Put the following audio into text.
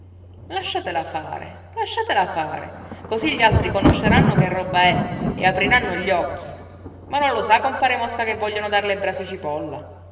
lasciatela fare lasciatela fare così gli altri conosceranno che roba è e apriranno gli occhi ma non lo sa compare mosca che vogliono darle brasi cipolla